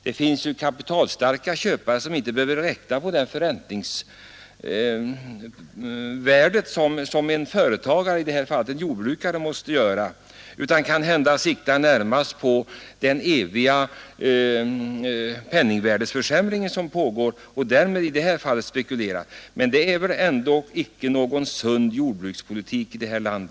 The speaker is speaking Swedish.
Det finns kapitalstarka köpare som inte behöver räkna på det förräntningsvärde som en Jordbrukare måste ta hänsyn till utan kan närmast sikta på den eviga penningvärdeförsämring som pågår och på det sättet spekulera. Men det är väl ingen sund jordbrukspolitisk utveckling i detta land.